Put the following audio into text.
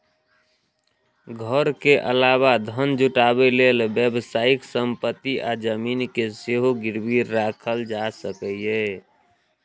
घर के अलावा धन जुटाबै लेल व्यावसायिक संपत्ति आ जमीन कें सेहो गिरबी राखल जा सकैए